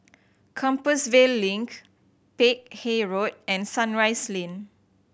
Compassvale Link Peck Hay Road and Sunrise Lane